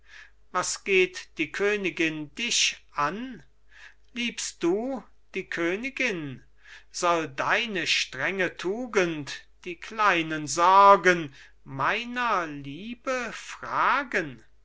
was geht die königin dich an liebst du die königin soll deine strenge tugend die kleinen sorgen meiner liebe fragen